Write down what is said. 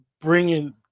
bringing